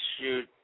shoot